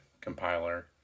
compiler